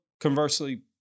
conversely